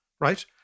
right